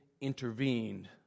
intervened